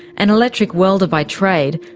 an electric welder by trade,